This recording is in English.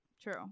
True